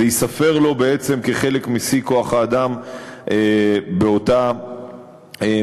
זה ייספר לו בעצם כחלק משיא כוח-האדם באותה מידה,